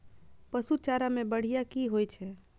पशु चारा मैं बढ़िया की होय छै?